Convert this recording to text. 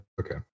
Okay